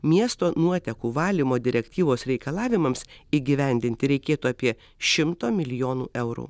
miesto nuotekų valymo direktyvos reikalavimams įgyvendinti reikėtų apie šimto milijonų eurų